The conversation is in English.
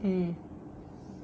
mm